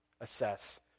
assess